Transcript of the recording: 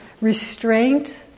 restraint